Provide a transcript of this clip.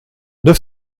neuf